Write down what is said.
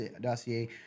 dossier